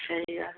छै इएह